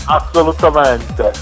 assolutamente